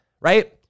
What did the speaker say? right